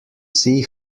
see